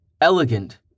Elegant